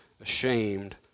ashamed